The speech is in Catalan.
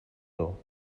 dur